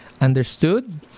understood